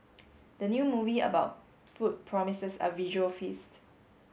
the new movie about food promises a visual feast